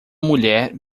mulher